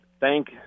thank –